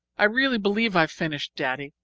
i really believe i've finished, daddy.